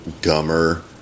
dumber